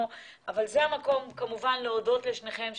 המקום כמובן להודות לשניכם,